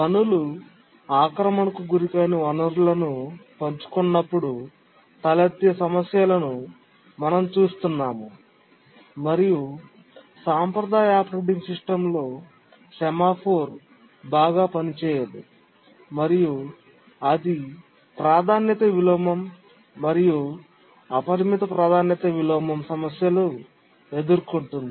పనులు ఆక్రమణకు గురికాని వనరులను పంచుకున్నప్పుడు తలెత్తే సమస్యలను మనం చూస్తున్నాము మరియు సాంప్రదాయ ఆపరేటింగ్ సిస్టమ్ లో సెమాఫోర్ బాగా పనిచేయదు మరియు అది ప్రాధాన్యత విలోమం మరియు అపరిమిత ప్రాధాన్యత విలోమం సమస్యలు ఎదుర్కొంటుంది